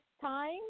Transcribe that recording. time